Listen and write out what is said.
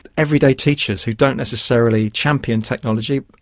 everyday teachers who don't necessarily champion technology,